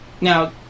Now